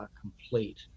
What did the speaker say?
complete